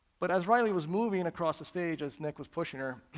but as reilly was moving across the stage as nick was pushing her,